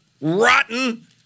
rotten